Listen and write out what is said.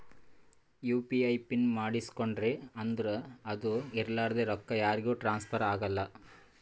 you P I pin ಮಾಡುಸ್ಕೊಂಡ್ರಿ ಅಂದುರ್ ಅದು ಇರ್ಲಾರ್ದೆ ರೊಕ್ಕಾ ಯಾರಿಗೂ ಟ್ರಾನ್ಸ್ಫರ್ ಆಗಲ್ಲಾ